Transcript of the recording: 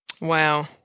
Wow